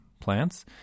plants